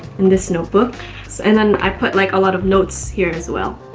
in this notebook and then i put like a lot of notes here as well